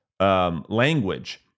Language